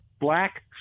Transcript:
black